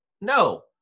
No